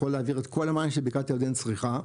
יכול להעביר את כל המים שבקעת הירדן צריכה,